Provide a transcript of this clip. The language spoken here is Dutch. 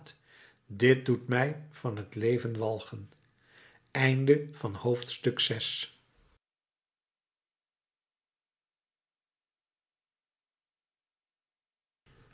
dit doet mij van het leven walgen